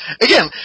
Again